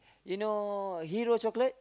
you know hero chocolate